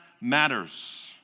matters